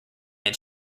its